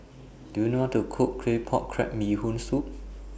Do YOU know How to Cook Claypot Crab Bee Hoon Soup